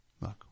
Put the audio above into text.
Look